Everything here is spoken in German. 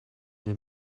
wir